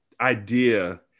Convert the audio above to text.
idea